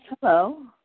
hello